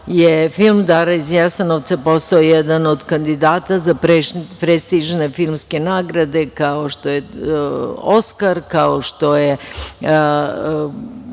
film „Dara iz Jasenovca“ postao jedan od kandidata za prestižne filmske nagrade kao što je Oskar, nominovan